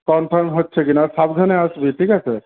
confirm হচ্ছে কি না আর সাবধানে আসবি ঠিক আছে